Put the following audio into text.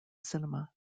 cinema